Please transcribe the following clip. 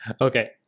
Okay